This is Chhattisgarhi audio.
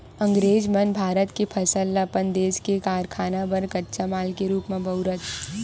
अंगरेज मन भारत के फसल ल अपन देस के कारखाना बर कच्चा माल के रूप म बउरय